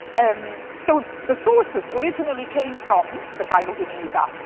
um so the sources originally came from the cairo genizah,